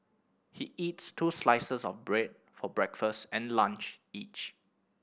he eats two slices of bread for breakfast and lunch each